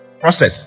process